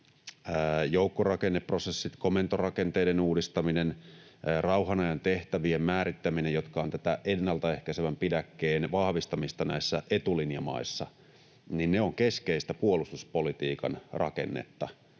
joukkorakenneprosessit, komentorakenteiden uudistaminen, rauhanajan tehtävien määrittäminen, jotka ovat tätä ennalta ehkäisevän pidäkkeen vahvistamista näissä etulinjamaissa, ovat keskeistä puolustuspolitiikan rakennetta.